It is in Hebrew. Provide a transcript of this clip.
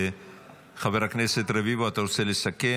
חבר הכנסת רביבו, אתה רוצה לסכם?